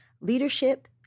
leadership